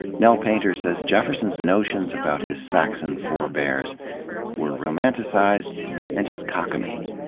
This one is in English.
nell painter says jefferson's notions about his saxon forebears were romanticized and just cockamamie.